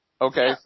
Okay